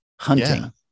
hunting